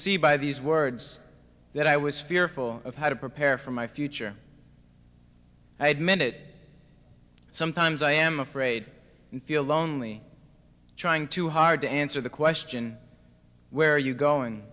see by these words that i was fearful of how to prepare for my future i admit sometimes i am afraid and feel lonely trying too hard to answer the question where are you going